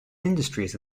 industries